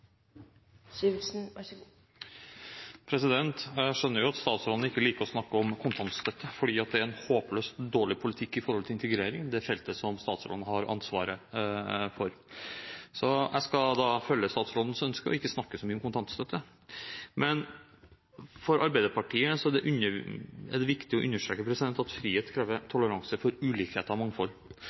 håpløst dårlig politikk for integrering – det feltet som statsråden har ansvaret for – så jeg skal følge statsrådens ønske og ikke snakke så mye om kontantstøtte. For Arbeiderpartiet er det viktig å understreke at frihet krever toleranse for ulikheter og mangfold,